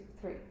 three